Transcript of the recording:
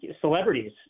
celebrities